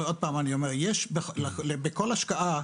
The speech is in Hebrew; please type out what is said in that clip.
בכל השקעה